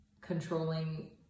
controlling